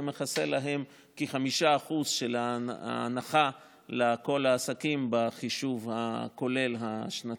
זה מכסה להן כ-5% מההנחה לכל העסקים בחישוב הכולל השנתי.